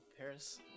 Paris